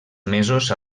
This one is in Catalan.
mesos